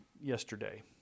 yesterday